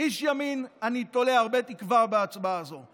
כאיש ימין, אני תולה הרבה תקווה בהצבעה הזו.